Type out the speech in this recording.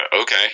okay